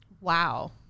Wow